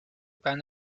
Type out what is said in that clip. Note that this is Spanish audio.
van